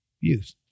youth